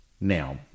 Now